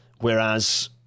Whereas